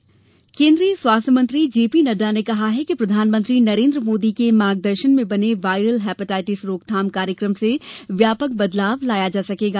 hepatitis केन्द्रीय स्वास्थ्य मंत्री जे पी नड्डा ने कहा है कि प्रधानमंत्री नरेन्द्र मोदी के मार्गदर्शन में बने वायरल हेपेटाइटिस रोकथाम कार्यक्रम से व्यापक बदलाव लाया जा सकेगा